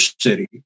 City